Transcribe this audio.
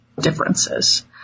differences